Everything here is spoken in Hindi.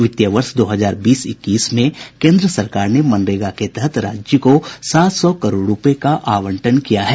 वित्तीय वर्ष दो हजार बीस इक्कीस में केन्द्र सरकार ने मनरेगा के तहत राज्य को सात सौ करोड़ रूपये का आवंटन किया है